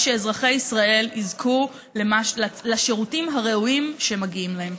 שאזרחי ישראל יזכו לשירותים הראויים שמגיעים להם.